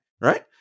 Right